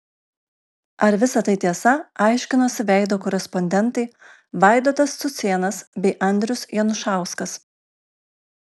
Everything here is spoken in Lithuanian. ar visa tai tiesa aiškinosi veido korespondentai vaidotas cucėnas bei andrius janušauskas